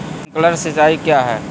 Sprinkler सिंचाई क्या है?